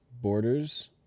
borders